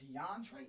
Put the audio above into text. DeAndre